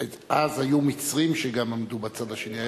אז היו מצרים שגם עמדו בצד השני.